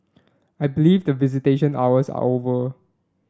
I believe the visitation hours are over